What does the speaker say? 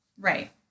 right